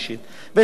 יש הרבה תודות.